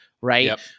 right